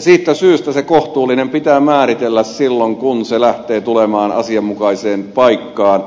siitä syystä se kohtuullinen pitää määritellä silloin kun se yhteys lähtee tulemaan asianmukaiseen paikkaan